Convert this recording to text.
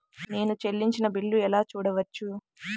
నేను చెల్లించిన బిల్లు ఎలా చూడవచ్చు?